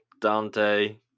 Dante